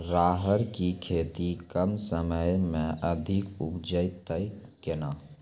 राहर की खेती कम समय मे अधिक उपजे तय केना?